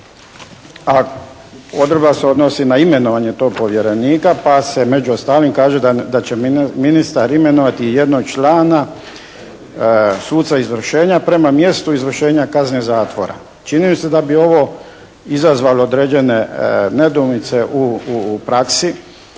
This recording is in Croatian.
a odredba se odnosi na imenovanje tog povjerenika pa se među ostalim kaže da će ministar imenovati jednog člana suca izvršenja prema mjestu izvršenja kazne zatvora. Čini mi se da bi ovo izazvalo određene nedoumice u praksi.